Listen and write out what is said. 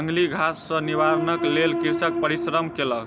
जंगली घास सॅ निवारणक लेल कृषक परिश्रम केलक